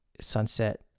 sunset